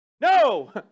No